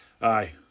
Aye